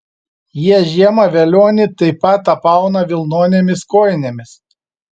jie žiemą velionį taip pat apauna vilnonėmis kojinėmis